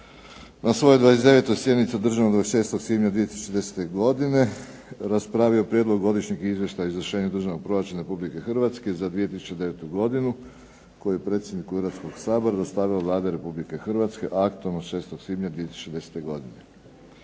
na svojoj 29. sjednici održanoj 26. svibnja 2010. godine, raspravio je prijedlog Godišnjeg izvještaja o izvršenju državnog proračuna Republike Hrvatske za 2009. godine koji je Predsjedniku Hrvatskoga sabora dostavila Vlada Republike Hrvatske aktom od 6. svibnja 2010. godine.